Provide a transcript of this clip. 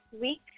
week